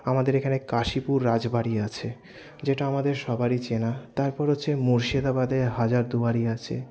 আমাদের এখানে কাশীপুর রাজবাড়ি আছে যেটা আমাদের সবারই চেনা তারপর হচ্ছে মুর্শিদাবাদে হাজার দুয়ারি আছে